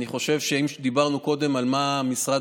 אני חושב שאם דיברנו קודם על שמה משרד